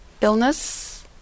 illness